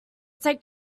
take